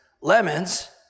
Lemons